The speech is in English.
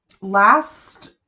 last